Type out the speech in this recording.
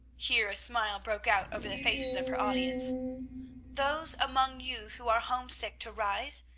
here a smile broke out over the faces of her audience those among you who are homesick to rise,